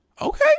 Okay